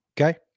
Okay